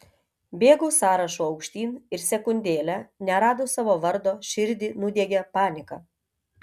bėgu sąrašu aukštyn ir sekundėlę neradus savo vardo širdį nudiegia panika